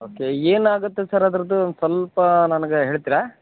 okay ಏನಾಗುತ್ತೆ sir ಅದರದು ಒಂದು ಸ್ವಲ್ಪ ನನಗೆ ಹೇಳ್ತಿರಾ